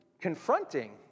confronting